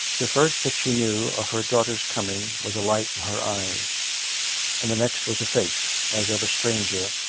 the first that she knew of her daughter's coming was a light in her eyes and the next was a face, as of a stranger,